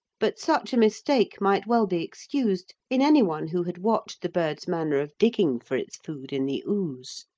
but such a mistake might well be excused in anyone who had watched the bird's manner of digging for its food in the ooze.